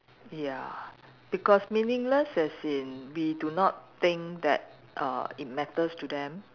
ya because meaningless as in we do not think that err it matters to them